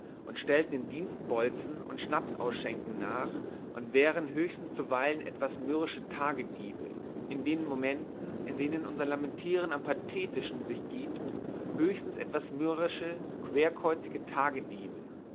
und stellten den dienstbolzen und schnapsausschänken nach und wären höchstens zuweilen etwas mürrische tagediebe in den momenten in denen jetzt unser lamentieren am pathetischsten sich gibt höchstens etwas mürrische querkäuzige tagediebe